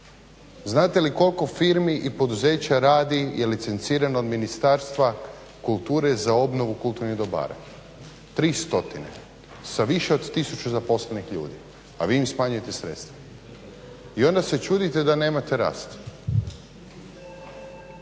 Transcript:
Znate li koliko firmi i poduzeća rada i licencirano od Ministarstva kulture za obnovu kulturnih dobara? 3 stotine sa više od 1000 zaposlenih ljudi, a vi im smanjujete sredstva. I onda se čudite da nemate rast.